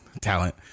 Talent